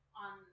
on